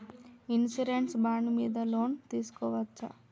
Insurance bond మీద loan తీస్కొవచ్చా?